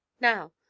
now